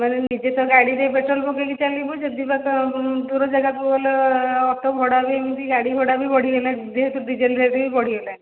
ମାନେ ନିଜେ ତ ଗାଡ଼ିରେ ପେଟ୍ରୋଲ୍ ପକେଇକି ଚାଲିବୁ ଯଦି ବାଟ ଦୂର ଜାଗାକୁ ଗଲେ ଅଟୋ ଭଡ଼ା ବି ଗାଡ଼ି ଭଡ଼ା ବି ବଢ଼ିଗଲାଣି ଯେହେତୁ ଡ଼ିଜେଲ୍ ରେଟ୍ ବି ବଢ଼ିଗଲାଣି